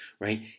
right